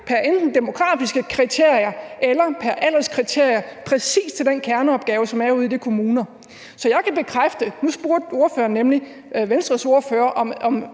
ud fra demografiske kriterier eller ud fra alderskriterier til præcis den kerneopgave, som er ude i de kommuner. Så det kan jeg bekræfte. Nu spurgte ordføreren nemlig Venstres ordfører, om